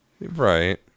right